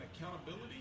accountability